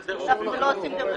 אנחנו לא עושים דירוגים למורי דרך.